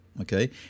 Okay